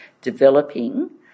developing